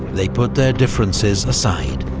they put their differences aside.